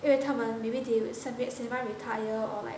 因为他们有一点 semi semi retire or like